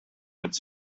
its